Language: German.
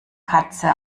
katze